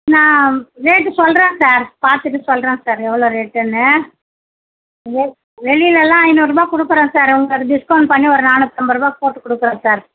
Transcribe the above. நான் ரேட்டு சொல்கிறன் சார் பார்த்துட்டு சொல்கிறன் சார் எவ்வளோ ரேட்டுன்னு வெளிலலாம் ஐநூறுபா கொடுக்கறன் சார் உங்களுக்கு அது டிஸ்கவுண்ட் பண்ணி ஒரு நானூற்றிம்பதுரூவா போட்டுக்கொடுக்குறன் சார்